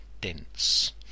dense